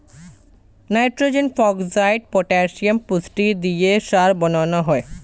nitrogen, phosphate, potassium পুষ্টি দিয়ে সার বানানো হয়